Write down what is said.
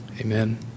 amen